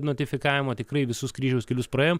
notifikavimo tikrai visus kryžiaus kelius praėjom